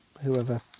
whoever